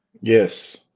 Yes